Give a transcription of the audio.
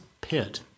pit